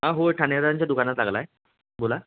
हां हो ठाणेदारांच्याच दुकानात लागला आहे बोला